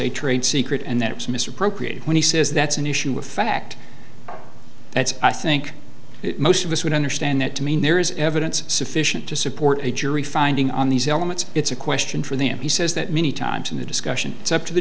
a trade secret and that it was mr appropriate when he says that's an issue of fact i think most of us would understand that to mean there is evidence sufficient to support a jury finding on these elements it's a question for them he says that many times in the discussion it's up to the